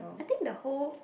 I think the whole